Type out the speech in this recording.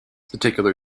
particular